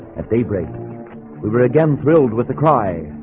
at daybreak we were again thrilled with the cry